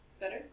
Better